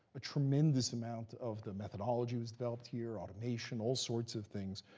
a tremendous amount of the methodology was developed here. automation, all sorts of things,